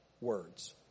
words